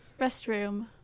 Restroom